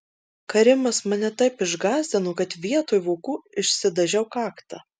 karimas mane taip išgąsdino kad vietoj vokų išsidažiau kaktą